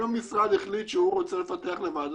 אם המשרד החליט שהוא רוצה לפתח לבד,